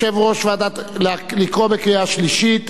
להצביע בקריאה שלישית?